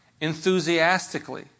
enthusiastically